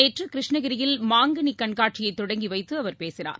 நேற்று கிருஷ்ணகிரியில் மாங்கனி கண்காட்சியை தொடங்கி வைத்து அவர் பேசினார்